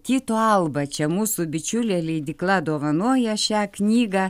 tyto alba čia mūsų bičiulė leidykla dovanoja šią knygą